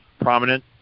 prominent